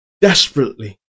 desperately